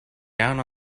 down